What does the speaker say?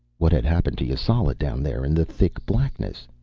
what had happened to yasala down there in the thick blackness?